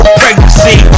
pregnancy